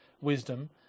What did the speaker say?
wisdom